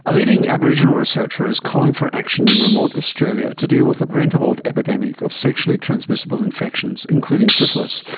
a leading aboriginal researcher is calling for action in remote australia to deal with a preventable epidemic of sexually transmissible infections, including syphilis,